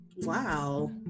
Wow